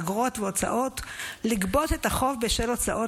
אגרות והוצאות לגבות את החוב בשל הוצאות